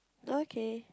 okay